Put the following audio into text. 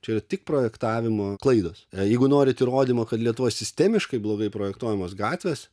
čia yra tik projektavimo klaidos jeigu norite įrodymo kad lietuvoj sistemiškai blogai projektuojamos gatvės